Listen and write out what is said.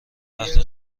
وقتی